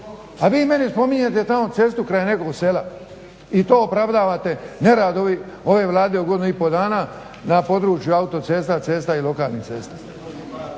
A vi meni spominjete tamo cestu kraj nekog sela i to opravdavate nerad ove Vlade u godinu i pol dana na području autocesta, cesta i lokalnih cesta.